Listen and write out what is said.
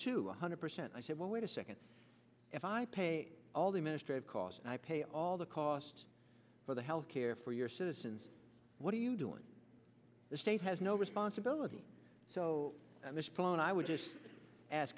two hundred percent i said well wait a second if i pay all the ministry of cause and i pay all the costs for the health care for your citizens what do you do in the state has no responsibility so this plan i would just as